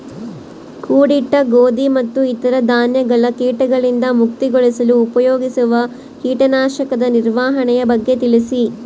ಕೂಡಿಟ್ಟ ಗೋಧಿ ಮತ್ತು ಇತರ ಧಾನ್ಯಗಳ ಕೇಟಗಳಿಂದ ಮುಕ್ತಿಗೊಳಿಸಲು ಉಪಯೋಗಿಸುವ ಕೇಟನಾಶಕದ ನಿರ್ವಹಣೆಯ ಬಗ್ಗೆ ತಿಳಿಸಿ?